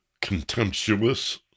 contemptuous